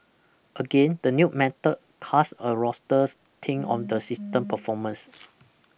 again the new method cast a rosters tint on the system's performance